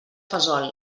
fesol